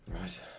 Right